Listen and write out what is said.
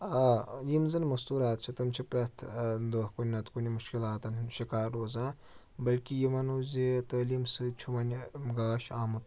آ یِم زَن مستوٗرات چھِ تِم چھِ پرٛٮ۪تھ دۄہ کُنہِ نَہ تہٕ کُنہِ مُشکِلاتَن ہُنٛد شِکار روزان بٔلکہِ یہِ وَنو زِ تٲلیٖم سۭتۍ چھُ وَنہِ گاش آمُت